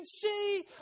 see